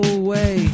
away